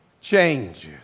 changes